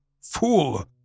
fool